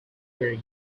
were